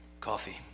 Coffee